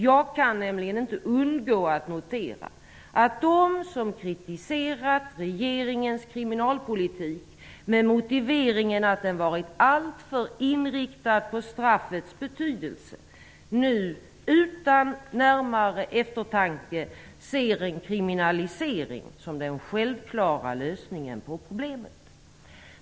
Jag kan nämligen inte undgå att notera att de, som kritiserat regeringens kriminalpolitik med motiveringen att den varit alltför inriktad på straffets betydelse, nu utan närmare eftertanke ser en kriminalisering som den självklara lösningen på problemet.